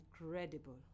incredible